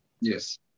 Yes